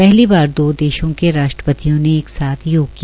पहली बार दो देशों के राष्ट्रपतियों ने एक साथ योग किया